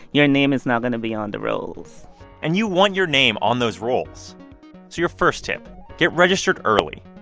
your name is not going to be on the rolls and you want your name on those rolls. so your first tip get registered early.